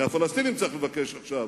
מהפלסטינים צריך לבקש עכשיו,